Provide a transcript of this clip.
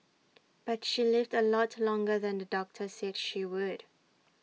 but she lived A lot longer than the doctor said she would